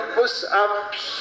push-ups